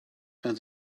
and